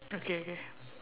okay okay